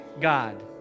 God